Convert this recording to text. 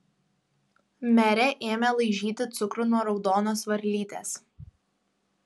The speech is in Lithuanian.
merė ėmė laižyti cukrų nuo raudonos varlytės